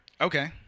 Okay